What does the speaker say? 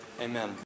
Amen